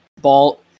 ball